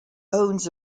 owns